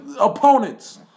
opponents